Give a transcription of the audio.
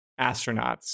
astronauts